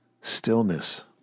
stillness